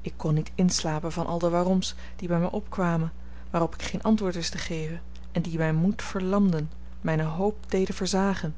ik kon niet inslapen van al de waaroms die bij mij opkwamen waarop ik geen antwoord wist te geven en die mijn moed verlamden mijne hoop deden versagen